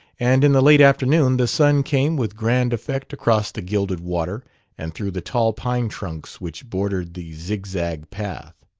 and in the late afternoon the sun came with grand effect across the gilded water and through the tall pine-trunks which bordered the zig-zag path.